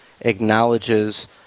acknowledges